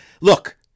look